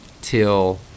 Till